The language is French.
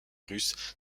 russe